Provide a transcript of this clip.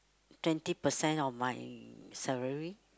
twenty percent of my salary